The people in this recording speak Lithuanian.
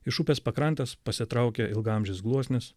iš upės pakrantės pasitraukia ilgaamžis gluosnis